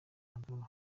maduro